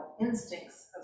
instincts